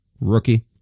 Rookie